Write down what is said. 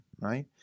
right